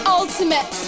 ultimate